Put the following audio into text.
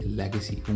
legacy